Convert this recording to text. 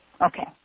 Okay